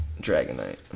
Dragonite